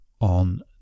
on